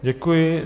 Děkuji.